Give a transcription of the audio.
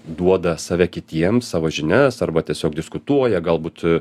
duoda save kitiems savo žinias arba tiesiog diskutuoja galbūt